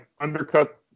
undercut